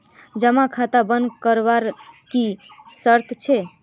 जमा खाता बन करवार की शर्त छे?